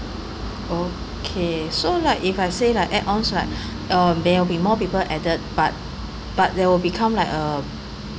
okay so like if I say like add-on's like um there will be more people added but but there will become like uh